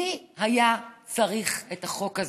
מי היה צריך את החוק הזה,